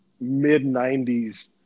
mid-90s